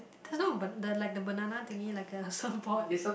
don't know but the like the banana thingy like a support